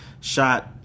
shot